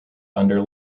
under